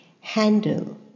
handle